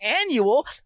annual